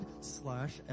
slash